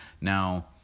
Now